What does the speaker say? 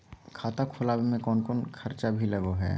खाता खोलावे में कौनो खर्चा भी लगो है?